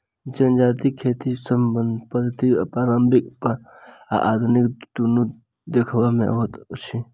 जजातिक खेती पद्धति पारंपरिक आ आधुनिक दुनू देखबा मे अबैत अछि